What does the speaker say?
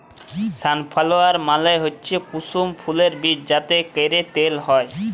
sunflower মালে হচ্যে কুসুম ফুলের বীজ যাতে ক্যরে তেল হ্যয়